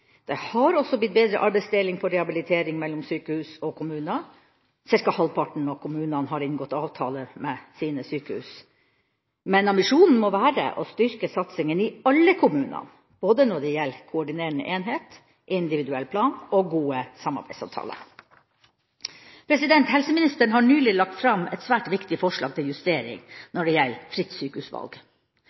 Det har også blitt bedre arbeidsdeling for rehabilitering mellom sykehus og kommuner, ca. halvparten av kommunene har inngått avtale med sine sykehus. Ambisjonen må være å styrke satsinga i alle kommunene, både når det gjelder koordinerende enhet, individuell plan og gode samarbeidsavtaler. Helseministeren har nylig lagt fram et svært viktig forslag til justering når det gjelder